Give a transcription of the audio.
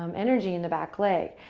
um energy in the back leg.